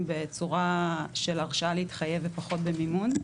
בצורה של הרשאה להתחייב ופחות במימון,